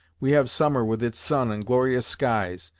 we have summer with its sun and glorious skies,